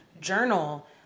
Journal